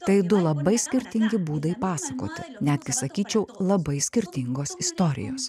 tai du labai skirtingi būdai pasakoti netgi sakyčiau labai skirtingos istorijos